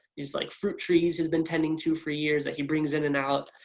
he's like fruit trees he's been tending to for years that he brings in and out,